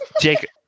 jacob